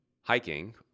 hiking